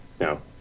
No